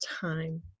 time